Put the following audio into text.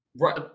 Right